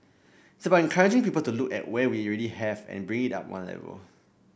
it's about encouraging people to look at what we have and bring it up one level